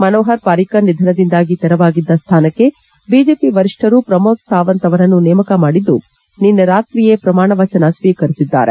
ಮನೋಹರ್ ಪರಿಕ್ಕರ್ ನಿಧನದಿಂದಾಗಿ ತೆರವಾಗಿದ್ದ ಸ್ವಾನಕ್ಕೆ ಬಿಜೆಪಿ ವರಿಷ್ಠರು ಪ್ರಮೋದ್ ಸಾವಂತ್ ಅವರನ್ನು ನೇಮಕ ಮಾಡಿದ್ದು ನಿನ್ನೆ ರಾತ್ರಿಯೇ ಪ್ರಮಾಣ ವಚನ ಸ್ವೀಕರಿಸಿದ್ದಾರೆ